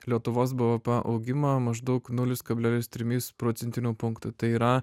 lietuvos bvp augimą maždaug nulis kablelis trimis procentinių punktų tai yra